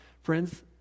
Friends